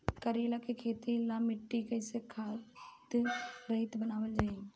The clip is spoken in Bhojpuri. करेला के खेती ला मिट्टी कइसे खाद्य रहित बनावल जाई?